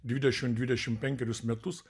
dvidešim dvidešim penkerius metus